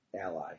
ally